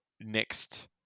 next